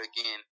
again